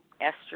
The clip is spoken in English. Esther